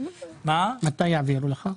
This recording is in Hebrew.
מתי יעבירו לך?